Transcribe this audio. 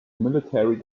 military